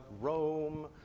Rome